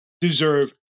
deserve